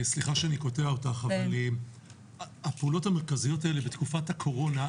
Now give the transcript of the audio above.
סליחה שאני קוטע אותך אבל הפעולות המרכזיות האלה בתקופת הקורונה,